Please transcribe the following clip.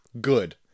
Good